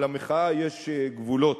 אבל למחאה יש גבולות,